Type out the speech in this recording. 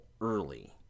early